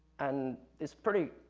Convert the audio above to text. and it's pretty,